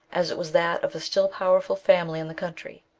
as it was that of a still powerful family in the country.